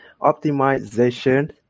optimization